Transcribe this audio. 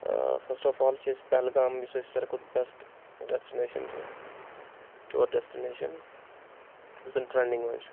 first of all چھِ أسۍ پہلگام یُس اَسہِ ساروی کھۄتہٕ بؠسٹ ڈیسٹِنیشَن چھِ ٹور ڈیسٹِنیشَن یُس زَن ٹرینڈِنٛگ منٛز چھُ